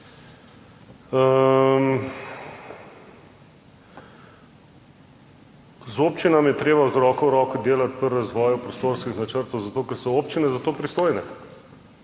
Z občinami je treba z roko v roki delati pri razvoju prostorskih načrtov, zato ker so občine za to pristojne.